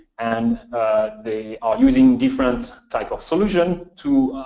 and they are using different type of solution to